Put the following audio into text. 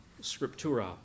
scriptura